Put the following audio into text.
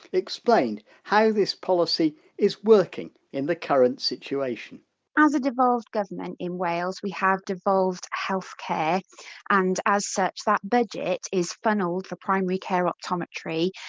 explained how this policy is working in the current situation as a devolved government in wales we have devolved healthcare and as such that budget is funnelled for primary care optometry.